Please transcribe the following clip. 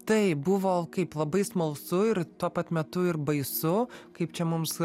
taip buvo kaip labai smalsu ir tuo pat metu ir baisu kaip čia mums